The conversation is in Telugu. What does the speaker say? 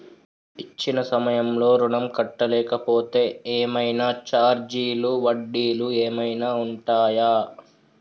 ఇచ్చిన సమయంలో ఋణం కట్టలేకపోతే ఏమైనా ఛార్జీలు వడ్డీలు ఏమైనా ఉంటయా?